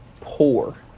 poor